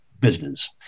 business